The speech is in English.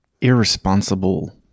irresponsible